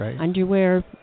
underwear